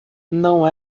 não